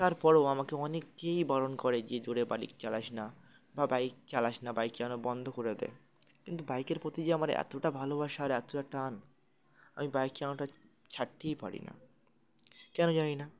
তারপরও আমাকে অনেককেই বরণ করে যে দূরে বাড়ি চালাস না বা বাইক চালাস না বাইক চালানো বন্ধ করে দেয় কিন্তু বাইকের প্রতি যে আমার এতটা ভালোবাসা আর এতটা টান আমি বাইক চালানোটা ছাড়তেই পারি না কেন জানাই না